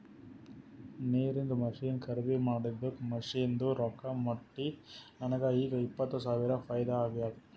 ನೀರಿಂದ್ ಮಷಿನ್ ಖರ್ದಿ ಮಾಡಿದ್ದುಕ್ ಮಷಿನ್ದು ರೊಕ್ಕಾ ಮುಟ್ಟಿ ನನಗ ಈಗ್ ಇಪ್ಪತ್ ಸಾವಿರ ಫೈದಾ ಆಗ್ಯಾದ್